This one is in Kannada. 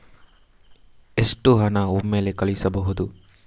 ಎಷ್ಟು ಹಣ ಒಮ್ಮೆಲೇ ಕಳುಹಿಸಬಹುದು?